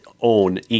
own